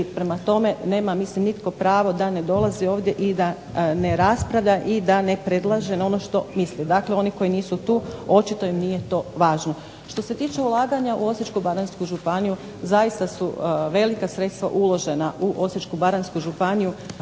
prema tome nema mislim nitko pravo da ne dolazi ovdje i da ne raspravlja i da ne predlaže ono što misli. Dakle, oni koji nisu tu očito im nije to važno. Što se tiče ulaganja u Osječko-baranjsku županiju zaista su velika sredstva uložena u Osječko-baranjsku županiju